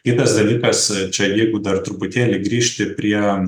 kitas dalykas čia jeigu dar truputėlį grįžti prie